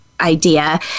idea